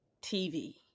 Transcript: TV